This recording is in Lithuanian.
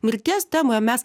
mirties temoje mes